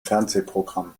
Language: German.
fernsehprogramm